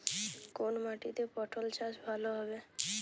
কোন মাটিতে পটল চাষ ভালো হবে?